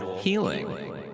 healing